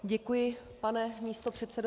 Děkuji, pane místopředsedo.